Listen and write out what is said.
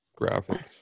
graphics